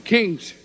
Kings